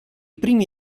primi